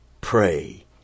pray